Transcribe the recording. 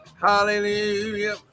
hallelujah